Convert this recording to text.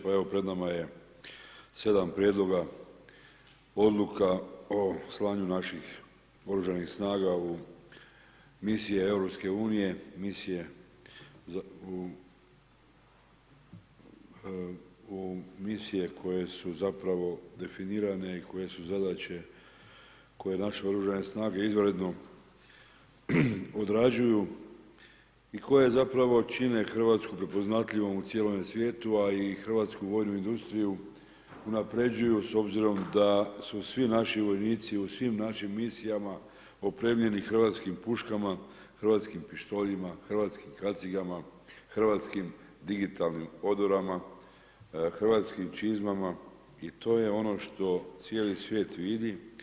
Pa evo pred nama je 7 prijedloga odluka o slanju naših OS-a u misije EU-a, misije koje su zapravo definirane i koje su zadaće koje naše OS izvanredno odrađuju i koje zapravo čine Hrvatsku prepoznatljivom u cijelom svijetu a i hrvatsku vojnu industriju unaprjeđuju s obzirom da su svi naši vojnici u svim našim misijama opremljeni hrvatskim puškama, hrvatskim pištoljima, hrvatskim kacigama, hrvatskim digitalnim odorama, hrvatskim čizmama i to je ono što cijeli svijet vidi.